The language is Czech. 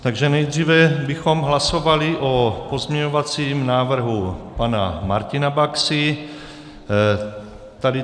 Takže nejdříve bychom hlasovali o pozměňovacím návrhu pana Martina Baxy.